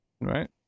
right